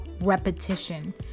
repetition